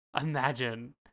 Imagine